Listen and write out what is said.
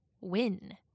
win